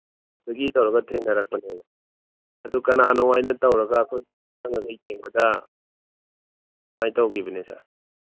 ꯇꯧꯔꯒ ꯊꯦꯡꯅꯔꯛꯄꯅꯦꯕ ꯑꯗꯨ ꯀꯅꯥꯅꯣ ꯍꯥꯏꯅ ꯇꯧꯔꯒ ꯑꯩꯈꯣꯏ ꯆꯪꯉꯒ ꯌꯦꯡꯕꯗ ꯁꯨꯃꯥꯏ ꯇꯧꯈꯤꯕꯅꯦ ꯁꯥꯔ